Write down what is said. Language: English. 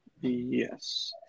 yes